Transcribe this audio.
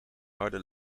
harde